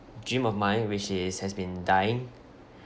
dream of mine which is has been dying